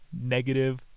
negative